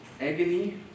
agony